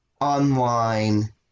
online